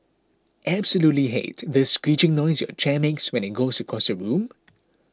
absolutely hate the screeching noise your chair makes when it goes across the room